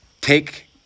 take